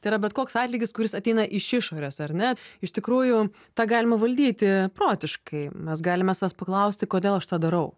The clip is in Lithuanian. tai yra bet koks atlygis kuris ateina iš išorės ar ne iš tikrųjų tą galima valdyti protiškai mes galime savęs paklausti kodėl aš tą darau